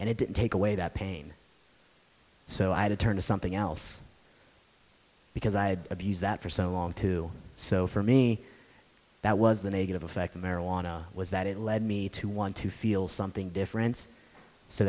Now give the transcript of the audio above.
and it didn't take away that pain so i had to turn to something else because i had abuse that for so long to so for me that was the negative effect of marijuana was that it led me to want to feel something different so